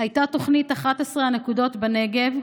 הייתה תוכנית 11 הנקודות בנגב: